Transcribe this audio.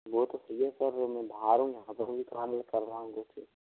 वह तो सही है सर मैं बाहर हूँ यहाँ पर भी काम ही कर रहा हूँ जैसे